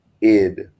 id